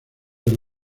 del